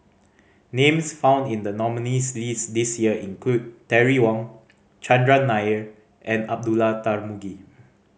names found in the nominees' list this year include Terry Wong Chandran Nair and Abdullah Tarmugi